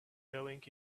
going